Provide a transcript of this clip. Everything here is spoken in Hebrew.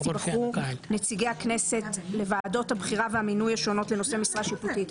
היבחרו נציגי הכנסת לוועדות הבחירה והמינוי השונות לנושא משרה שיפוטית,